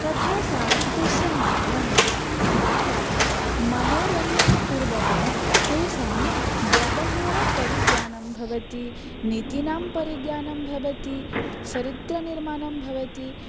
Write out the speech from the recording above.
कथासाहित्यस्य माध्यमेन बालाः मनोरञ्जनपूर्वकं तेषां व्यवहारपरिज्ञानं भवति नीतीनां परिज्ञानं भवति चरित्रनिर्माणं भवति